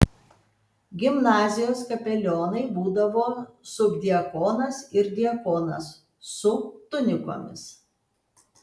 gimnazijos kapelionai būdavo subdiakonas ir diakonas su tunikomis